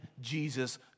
Jesus